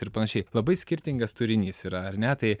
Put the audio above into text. ir panašiai labai skirtingas turinys yra ar ne tai